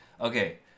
Okay